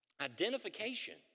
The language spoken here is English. identification